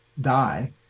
die